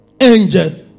Angel